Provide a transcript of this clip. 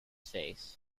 face